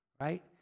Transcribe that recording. right